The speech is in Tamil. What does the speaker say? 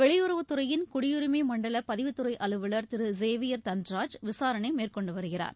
வெளியுறவு துறையின் குடியுரிமை மண்டல பதிவுத்துறை அலுவலர் திரு சேவியர் தன்ராஜ் விசாரணை மேற்கொண்டு வருகிறார்